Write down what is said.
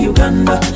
Uganda